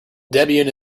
debian